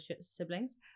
siblings